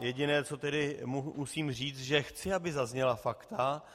Jediné, co tedy musím říct, že chci, aby zazněla fakta.